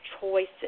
choices